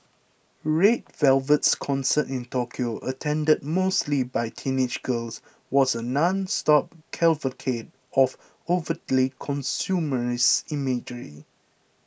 Red Velvet's concert in Tokyo attended mostly by teenage girls was a nonstop cavalcade of overtly consumerist imagery